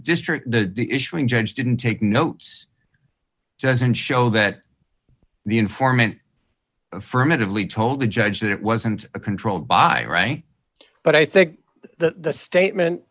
district judge didn't take notes doesn't show that the informant firmat of lee told the judge that it wasn't a controlled by right but i think the statement